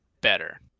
better